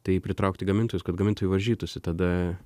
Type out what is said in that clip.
tai pritraukti gamintojus kad gamintojai varžytųsi tada